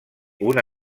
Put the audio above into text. una